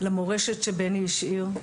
למורשת שבני השאיר,